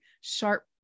sharp